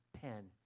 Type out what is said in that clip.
pen